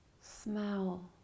smell